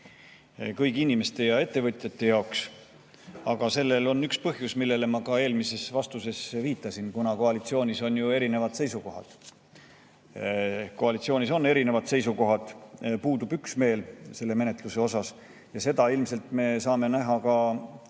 kõigi inimeste ja ettevõtjate jaoks. Aga sellel on üks põhjus, millele ma ka eelmises vastuses viitasin: koalitsioonis on erinevad seisukohad. Koalitsioonis on erinevad seisukohad, puudub üksmeel selle menetluse osas ja seda me saame ilmselt näha ka